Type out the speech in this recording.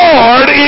Lord